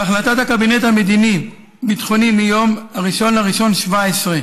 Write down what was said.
בהחלטת הקבינט המדיני-ביטחוני מיום 1 בינואר 2017,